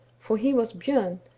for he was bjom,